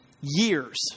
years